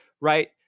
right